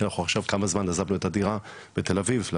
כי אנחנו עכשיו כמה זמן עזבנו את הדירה בתל אביב.